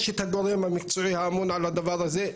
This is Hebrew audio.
יש את הגורם המקצועי האמון על הדבר הזה.